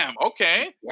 okay